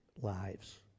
lives